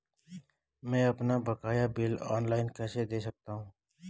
मैं अपना बकाया बिल ऑनलाइन कैसे दें सकता हूँ?